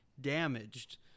Damaged